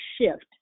shift